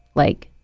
like,